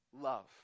love